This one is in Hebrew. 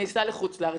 אני אסע לחוץ לארץ.